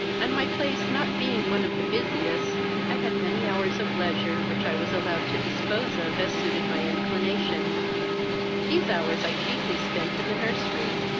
and my place not being one of the busiest, i had many hours of leisure, which i was allowed to dispose of as suited my inclination these hours i chiefly spent in the nursery,